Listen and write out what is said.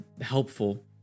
helpful